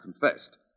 confessed